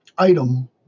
item